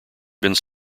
have